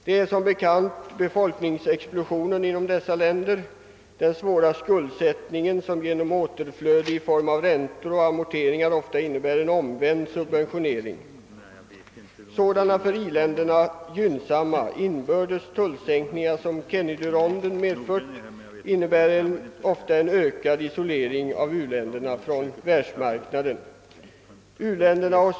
Jag syftar självallet på befolkningsexplosionen inom dessa länder och den svåra skuldsättningen, som genom återflöde i form av räntor och amorteringar ofta innebär en omvänd subventionering. Sådana för i-länderna gynnsamma «inbördes = tullsänkningar som Kennedyronden medfört innebär vidare i många fall en ökad isolering från världsmarknaden för u-ländernas del.